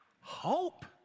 hope